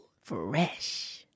Fresh